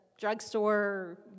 drugstore